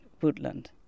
Woodland